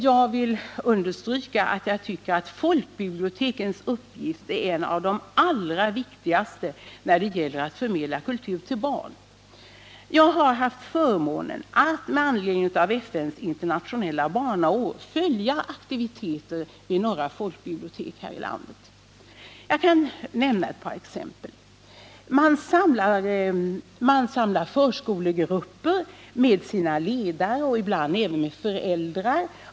Jag vill understryka att folkbibliotekens uppgift är en av de allra viktigaste när det gäller att förmedla kultur till barn. Jag har haft förmånen att med anledning av FN:s internationella barnår följa aktiviteter vid några folkbibliotek här i landet. Jag skall nämna ett par exempel. Man samlar förskolegrupper med deras ledare och ibland även med föräldrar.